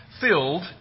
filled